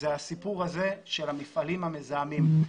זה הסיפור הזה של המפעלים המזהמים.